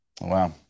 Wow